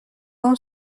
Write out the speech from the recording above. اون